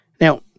Now